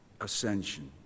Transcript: ascension